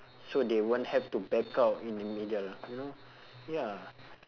so they won't have to back out in the middle you know ya